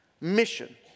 mission